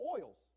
oils